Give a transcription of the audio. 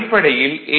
அடிப்படையில் ஏ